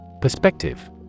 Perspective